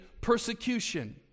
persecution